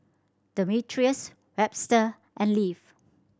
Demetrius Webster and Leif